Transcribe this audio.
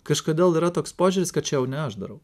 kažkodėl yra toks požiūris kad čia jau ne aš darau